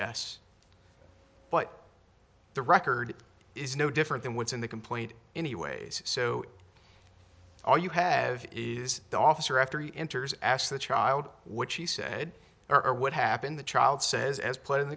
yes but the record is no different than what's in the complaint anyways so all you have is the officer after he enters ask the child what she said or what happened the child says as put in